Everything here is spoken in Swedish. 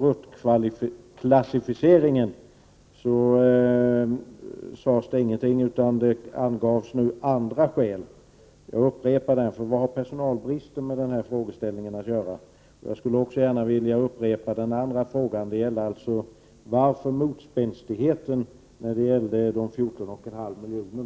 ruttklassificeringen. I stället talades det om andra saker. Jag upprepar därför min första fråga: Vad har personalbristen med den här frågan att göra? Jag vill också upprepa min andra fråga: Varför denna motspänstighet när det gäller de 14,5 miljonerna?